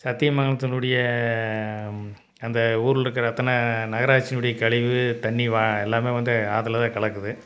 சத்தியமங்கலத்தினுடய அந்த ஊரில் இருக்கிற அத்தனை நகராச்சியினுடைய கழிவு தண்ணி எல்லாமே வந்து ஆற்றிலதான் கலக்குது